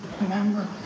remember